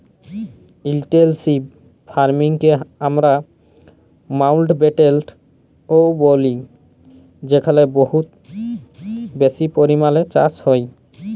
intensive farming কে আমরা মাউল্টব্যাটেল ও ব্যলি যেখালে বহুত বেশি পরিমালে চাষ হ্যয়